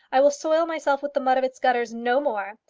i will soil myself with the mud of its gutters no more.